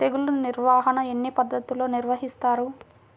తెగులు నిర్వాహణ ఎన్ని పద్ధతులలో నిర్వహిస్తారు?